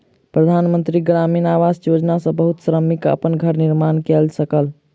प्रधान मंत्री ग्रामीण आवास योजना सॅ बहुत श्रमिक अपन घर निर्माण कय सकल